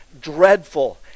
dreadful